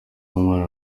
w’umwana